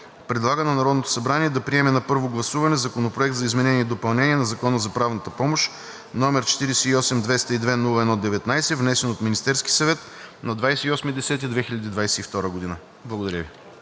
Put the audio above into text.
предлага на Народното събрание да приеме на първо гласуване Законопроект за изменение и допълнение на Закона за правната помощ, № 48-202-01-19, внесен от Министерския съвет на 28 октомври 2022 г.“ Благодаря Ви.